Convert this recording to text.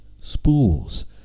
spools